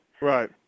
Right